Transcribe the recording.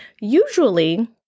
usually